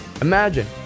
Imagine